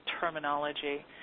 terminology